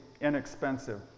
inexpensive